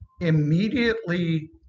immediately